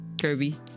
Kirby